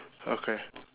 okay